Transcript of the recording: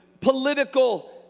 political